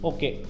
Okay